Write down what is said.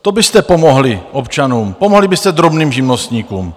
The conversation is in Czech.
To byste pomohli občanům, pomohli byste drobným živnostníkům.